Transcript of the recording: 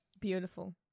Beautiful